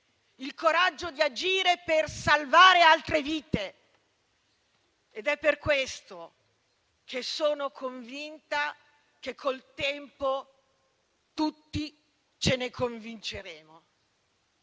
il coraggio di agire per salvare altre vite. Ed è per questo che sono convinta che col tempo tutti ce ne convinceremo,